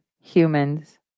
humans